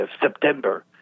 September